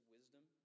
wisdom